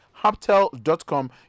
haptel.com